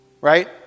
right